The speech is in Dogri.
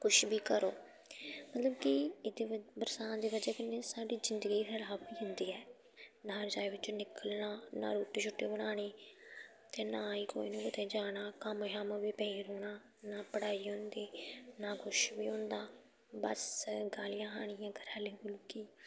कुछ बी करो मतलब कि एह्दी बरसांत दी बजह कन्नै साढ़ी जिंदगी खरब होई जंदी ऐ ना रजाई बिच्चा निकलना ना रुट्टी शुट्टी बनानी ते ना ई कोई कुदै जाना कम्म शम्म बी पेई रौह्ना ना पढ़ाई होंदी ना कुछ बी होंदा बस गालियां खानियां घरै आह्लें कोला कि